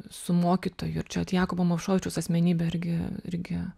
su mokytoju ir čia vat jakubo movšovičiaus asmenybė irgi irgi